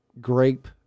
grape